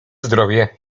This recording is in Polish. zdrowie